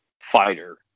fighter